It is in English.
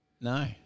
No